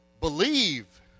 believe